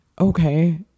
okay